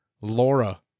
Laura